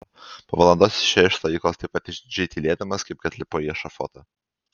po valandos jis išėjo iš stovyklos taip pat išdidžiai tylėdamas kaip kad lipo į ešafotą